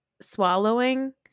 swallowing